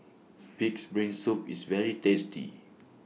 Pig'S Brain Soup IS very tasty